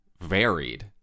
varied